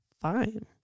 fine